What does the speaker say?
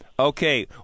Okay